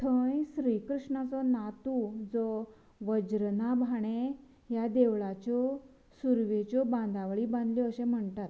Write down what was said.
थंय श्री कृष्णाचो नातू जो वज्रनाभ हाणें ह्या देवळांच्यो सुरवेच्यो बांदावळी बांदल्यो अशें म्हणतात